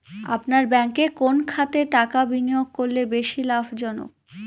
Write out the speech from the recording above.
আপনার ব্যাংকে কোন খাতে টাকা বিনিয়োগ করলে বেশি লাভজনক?